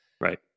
Right